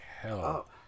hell